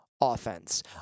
offense